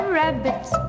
rabbits